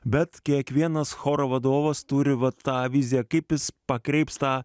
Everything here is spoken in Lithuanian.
bet kiekvienas choro vadovas turi va tą viziją kaip jis pakreips tą